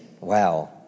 Wow